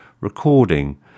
recording